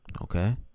Okay